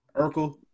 Urkel